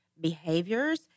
behaviors